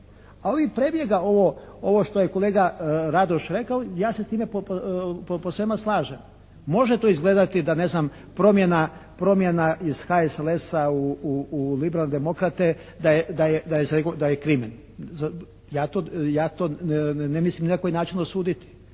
A ovih prebjega, ovo što je kolega Radoš rekao, ja sa s time posvema slažem. Može to izgledati da ne znam promjena iz HSLS-a u liberalne demokrate da je krimin. Ja to ne mislim ni na koji način osuditi.